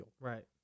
Right